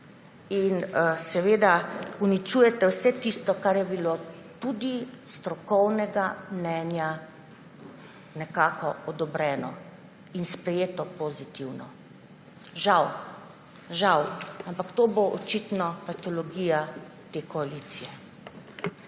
prestavljali. Uničujete vse tisto, kar je bilo tudi s strokovnega mnenja nekako odobreno in sprejeto pozitivno. Žal. Žal, ampak to bo očitno patologija te koalicije.